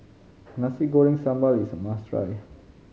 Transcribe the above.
Nasi Goreng Sambal is a must try